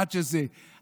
עוד פתוחה כרגע.